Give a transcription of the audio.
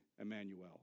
Emmanuel